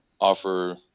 offer